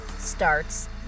starts